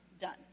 done